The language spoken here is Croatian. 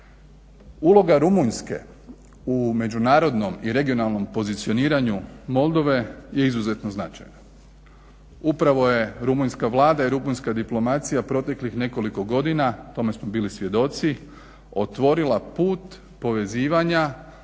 Uloga Rumunjske u međunarodnom i regionalnom pozicioniranju Moldove je izuzetno značajna. Upravo je Rumunjska Vlada i Rumunjska diplomacija proteklih nekoliko godina, tome smo bili svjedoci otvorila put povezivanja